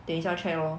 等一下 check lor